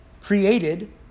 created